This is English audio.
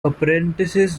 apprentices